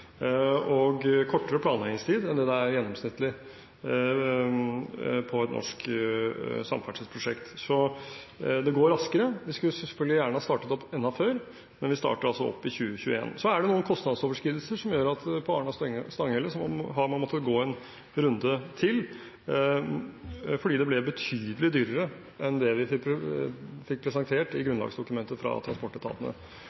og kortere planleggingstid enn det som er gjennomsnittet for et norsk samferdselsprosjekt. Så det går raskere. Vi skulle gjerne ha startet opp enda før, men vi starter altså opp i 2021. Så er det noen kostnadsoverskridelser som gjør at man på Arna–Stanghelle har måttet gå en runde til fordi det ble betydelig dyrere enn det vi fikk presentert i